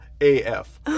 AF